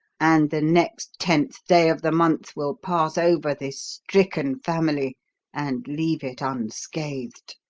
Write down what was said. and the next tenth day of the month will pass over this stricken family and leave it unscathed!